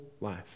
life